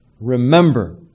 remember